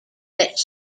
that